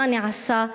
מה נעשה?